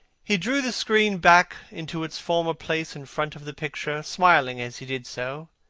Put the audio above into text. he drew the screen back into its former place in front of the picture, smiling as he did so,